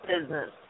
business